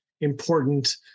important